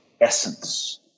essence